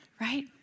Right